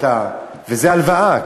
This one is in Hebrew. וזאת הלוואה,